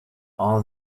all